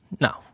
no